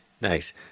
Nice